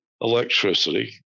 electricity